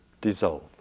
dissolve